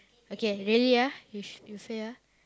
okay really ah you sh~ you say ah